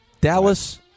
Dallas